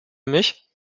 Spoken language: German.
mich